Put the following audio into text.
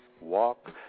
walk